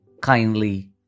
kindly